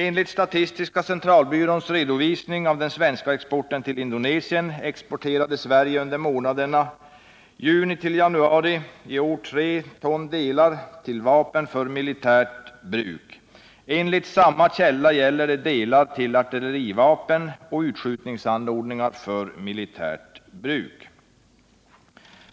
Enligt statistiska centralbyråns redovisning av den svenska exporten till Indonesien exporterade Sverige under månaderna juni 1977-januari i år 3 ton delar till vapen för militärt bruk. Enligt samma källa gäller det delar till ”artillerivapen och utskjutningsanordningar för militärt bruk”.